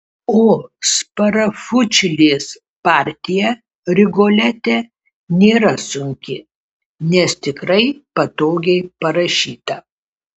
o sparafučilės partija rigolete nėra sunki nes tikrai patogiai parašyta